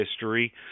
history